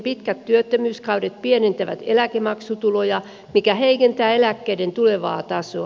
pitkät työttömyyskaudet pienentävät eläkemaksutuloja mikä heikentää eläkkeiden tulevaa tasoa